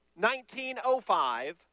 1905